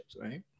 right